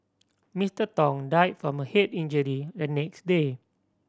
Mister Tong died from a head injury the next day